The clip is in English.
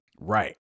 Right